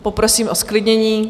Poprosím o zklidnění.